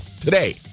today